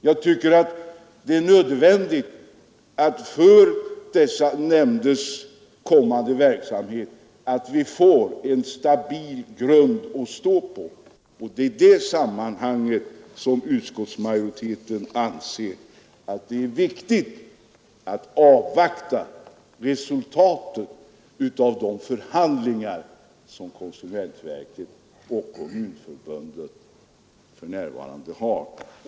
Jag anser att det är nödvändigt att få en stabil grund att stå på för dessa nämnders kommande verksamhet. I detta sammanhang anser utskottsmajoriteten att det därför är viktigt att avvakta resultaten av de förhandlingar som för närvarande förs mellan konsumentverket och Kommunförbundet.